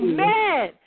Amen